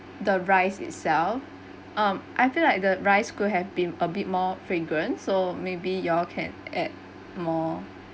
the rice itself um I feel like the rice could have been a bit more fragrant so maybe you all can add more